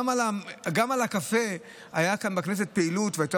גם על הקפה הייתה כאן בכנסת פעילות והייתה